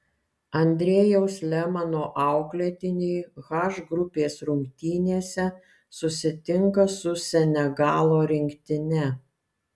andrejaus lemano auklėtiniai h grupės rungtynėse susitinka su senegalo rinktine